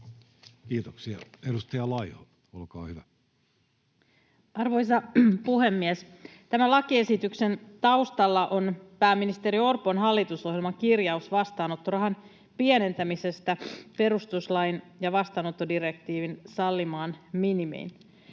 muuttamisesta Time: 17:08 Content: Arvoisa puhemies! Tämän lakiesityksen taustalla on pääministeri Orpon hallitusohjelman kirjaus vastaanottorahan pienentämisestä perustuslain ja vastaanottodirektiivin sallimaan minimiin.